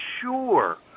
sure